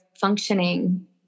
functioning